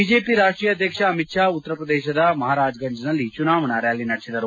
BJP ರಾಷ್ಟೀಯ ಅಧ್ಯಕ್ಷ ಅಮಿತ್ ಷಾ ಉತ್ತರ ಪ್ರದೇಶದ ಮಹಾರಾಜ್ ಗಂಜ್ನಲ್ಲಿ ಚುನಾವಣಾ ರ್್ಾಲಿ ನಡೆಸಿದರು